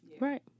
right